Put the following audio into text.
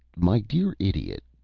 my dear idiot,